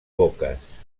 boques